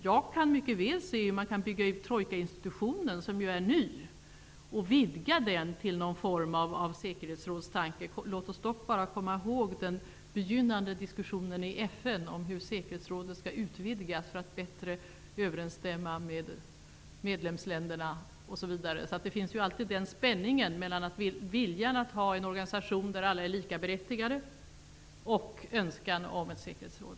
Jag kan mycket väl se hur man kan bygga ut trojkainstitutionen, som ju är ny, och vidga den till någon form av säkerhetsrådstanke. Låt oss dock bara komma ihåg den begynnande diskussionen i FN om hur säkerhetsrådet skall utvidgas för att bättre överensstämma med medlemsländerna osv. Det finns alltid en spänning mellan viljan att ha en organisation där alla är likaberättigade och önskan om ett säkerhetsråd.